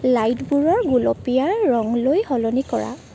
লাইটবোৰোৰ গুলপীয়া ৰঙলৈ সলনি কৰা